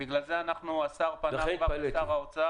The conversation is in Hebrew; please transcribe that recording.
בגלל זה השר פנה לשר האוצר,